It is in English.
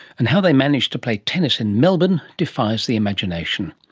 and how they managed to play tennis in melbourne defies the imagination.